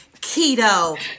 keto